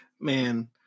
Man